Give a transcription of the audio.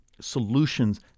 solutions